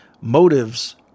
Motives